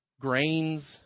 grains